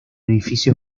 edificio